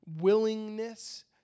willingness